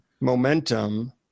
momentum